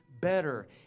better